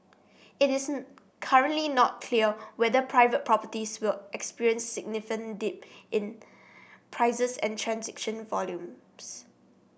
it is currently not clear whether private properties will experience significant dip in prices and transaction volumes